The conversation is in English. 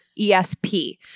esp